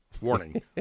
Warning